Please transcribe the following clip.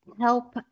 help